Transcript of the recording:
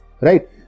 right